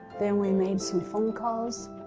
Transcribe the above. then we made some phone calls,